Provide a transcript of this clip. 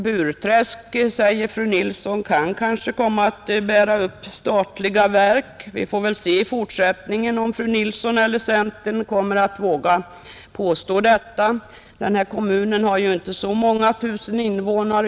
Burträsk, säger fru Nilsson, kan kanske komma att bära upp statliga verk. Vi får väl se i fortsättningen om fru Nilsson och centern kommer att våga påstå det. Den kommunen har ju för närvarande inte så många tusen invånare.